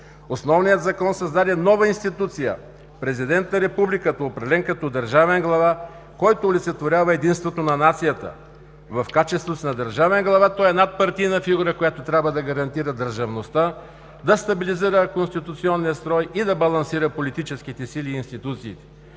Основният закон създаде нова институция – Президент на републиката, определен като държавен глава, който олицетворява единството на нацията. В качеството си на държавен глава той е надпартийна фигура, която трябва да гарантира държавността, да стабилизира конституционния строй и да балансира политическите сили и институции.